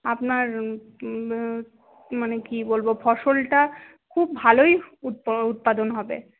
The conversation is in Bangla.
আপনার মানে কি বলবো ফসলটা খুব ভালোই উৎপাদন হবে